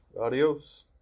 Adios